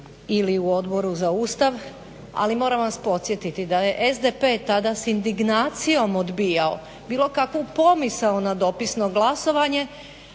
ili u Odboru za Ustav, ali moram vas podsjetiti da je SDP tada sindignacijom odbijao bilo kakvu pomisao na dopisno glasovanje